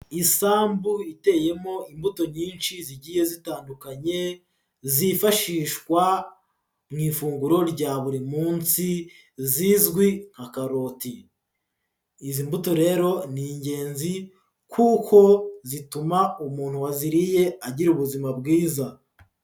Isambu iteyemo imbuto nyinshi zigiye zitandukanye zifashishwa mu ifunguro rya buri munsi, zizwi nka karoti. Izi mbuto rero, ni ingenzi kuko zituma umuntu waziriye agira ubuzima bwiza.